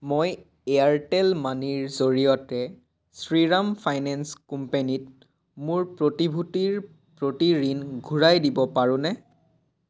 মই এয়াৰটেল মানিৰ জৰিয়তে শ্ৰীৰাম ফাইনেন্স কোম্পানীত মোৰ প্ৰতিভূতিৰ প্ৰতি ঋণ ঘূৰাই দিব পাৰোনে